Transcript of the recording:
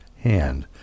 hand